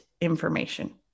information